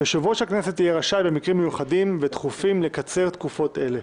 יושב-ראש הכנסת יהיה רשאי במקרים מיוחדים ודחופים לקצר תקופות אלה.